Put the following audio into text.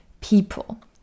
people